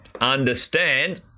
understand